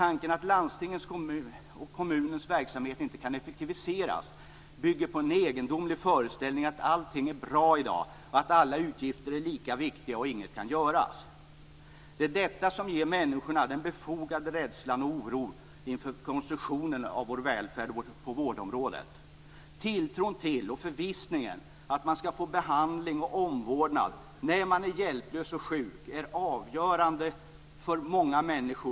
Tanken att landstingens och kommunernas verksamhet inte kan effektiviseras bygger på en egendomlig föreställning om att allting är bra i dag - att alla utgifter är lika viktiga och att ingenting kan göras. Det är detta som ger människorna befogad rädsla och oro inför konstruktionen av vår välfärd på vårdområdet. Tilltron till och förvissningen om att man skall få behandling och omvårdnad när man är hjälplös och sjuk är avgörande för många människor.